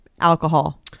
alcohol